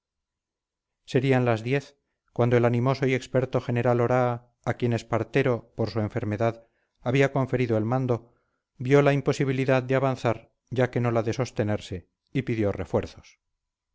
serían las diez cuando el animoso y experto general oraa a quien espartero por su enfermedad había conferido el mando vio la imposibilidad de avanzar ya que no la de sostenerse y pidió refuerzos